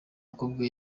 mukobwa